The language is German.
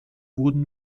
wurden